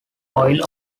oil